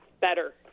better